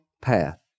path